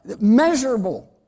measurable